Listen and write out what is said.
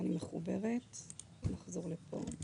עשינו גם וי בכל הצהרה,